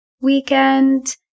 weekend